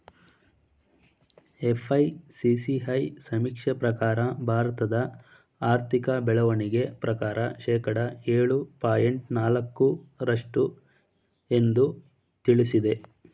FICCI ಸಮೀಕ್ಷೆ ಪ್ರಕಾರ ಭಾರತದ ಆರ್ಥಿಕ ಬೆಳವಣಿಗೆ ಪ್ರಕಾರ ಶೇಕಡ ಏಳು ಪಾಯಿಂಟ್ ನಾಲಕ್ಕು ರಷ್ಟು ಎಂದು ತಿಳಿಸಿದೆ